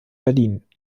berlin